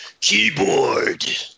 Keyboard